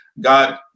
god